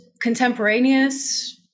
contemporaneous